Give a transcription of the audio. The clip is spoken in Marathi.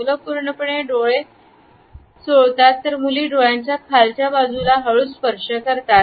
मुलं पूर्णपणे डोळे असतात तर मुली डोळ्याच्या खालच्या बाजूला हळूच स्पर्श करतात